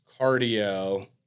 cardio –